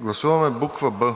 Гласуваме буква „б“.